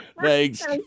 Thanks